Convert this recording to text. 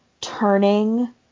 turning